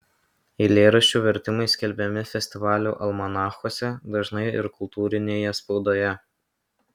eilėraščių vertimai skelbiami festivalių almanachuose dažnai ir kultūrinėje spaudoje